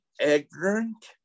ignorant